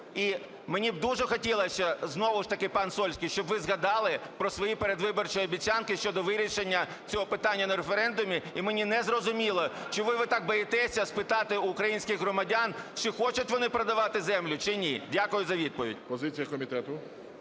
І мені б дуже хотілося знову ж таки, пан Сольський, щоб ви згадали про свої передвиборчі обіцянки щодо вирішення цього питання на референдумі. І мені незрозуміло, чого ви так боїтеся спитати у українських громадян, чи хочуть вони продавати землю чи ні. Дякую за відповідь. ГОЛОВУЮЧИЙ. Позиція комітету.